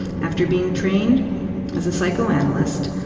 after being trained as a psychoanalyst,